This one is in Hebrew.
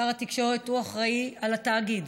שר התקשורת אחראי לתאגיד,